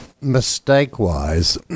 mistake-wise